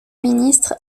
ministre